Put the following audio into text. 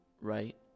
Right